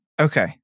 Okay